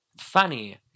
Funny